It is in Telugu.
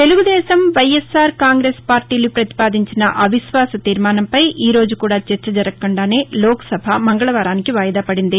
తెలుగుదేశం వైఎస్ఆర్ కాంగ్రెస్ పార్టీలు పతిపాదించిన అవిశ్వాస తీర్మానంపై ఈ రోజు కూడా చర్చ జరగకుండానే లోక్సభ మంగళవారానికి వాయిదా పడింది